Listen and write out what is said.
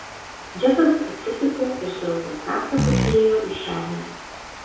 džekas atsitūpė ir suraukęs kaktą pažiūrėjo į šernę